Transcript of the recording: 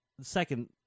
Second